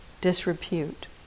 disrepute